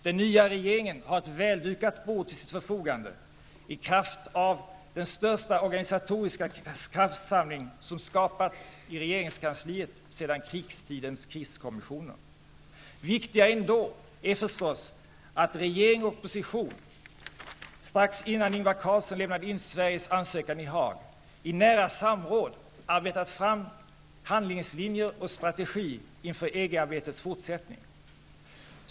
Den nya regeringen har ett väldukat bord till sitt förfogande i kraft av den största organisatoriska kraftsamling som skapats i regeringskansliet sedan krigstidens kriskommissioner. Viktigare ändå är förstås att regeringen och opposition, strax innan Ingvar Carlsson lämnade in Sveriges ansökan i Haag, i nära samråd arbetat fram handlingslinjer och strategi inför EG-arbetets fortsättning.